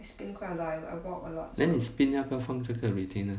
then 你 spin 要不要放这个 retainer